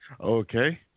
Okay